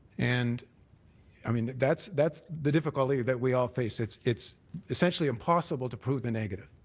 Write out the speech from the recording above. and i mean that's that's the difficulty that we all face. it's it's essentially impossible to prove the negative.